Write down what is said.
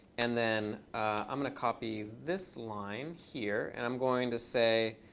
and then i'm going to copy this line here. and i'm going to say,